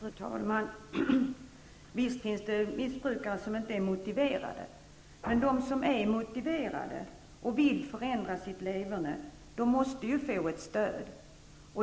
Fru talman! Visst finns det missbrukare som inte är motiverade. Men de som är motiverade och vill förändra sitt leverne måste få ett stöd.